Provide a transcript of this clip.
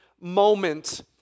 moment